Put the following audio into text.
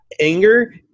anger